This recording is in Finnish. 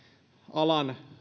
alan